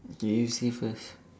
did you say first